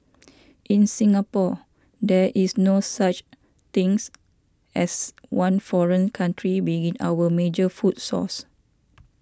in Singapore there is no such things as one foreign country being our major food source